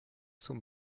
zum